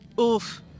oof